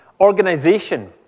organization